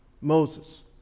Moses